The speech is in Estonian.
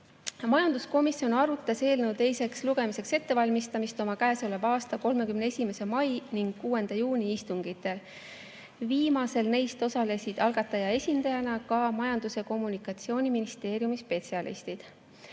Majanduskomisjon arutas eelnõu teiseks lugemiseks ettevalmistamist oma käesoleva aasta 31. mai ning 6. juuni istungil. Viimasel neist osalesid algataja esindajana ka Majandus‑ ja Kommunikatsiooniministeeriumi spetsialistid.